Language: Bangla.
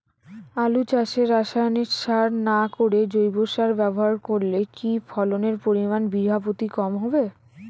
আলু চাষে রাসায়নিক সার না করে জৈব সার ব্যবহার করলে কি ফলনের পরিমান বিঘা প্রতি কম হবে?